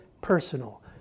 personal